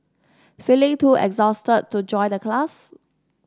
feeling too exhausted to join the class